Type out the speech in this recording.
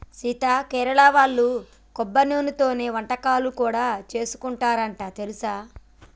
సీత కేరళ వాళ్ళు కొబ్బరి నూనెతోనే వంటకాలను కూడా సేసుకుంటారంట తెలుసా